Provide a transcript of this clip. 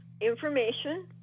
information